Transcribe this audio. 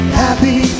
happy